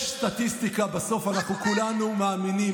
בסוף אנחנו כולנו מאמינים,